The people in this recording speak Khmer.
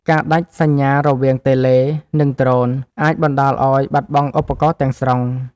ការដាច់សញ្ញារវាងតេឡេ និងដ្រូន អាចបណ្ដាលឱ្យបាត់បង់ឧបករណ៍ទាំងស្រុង។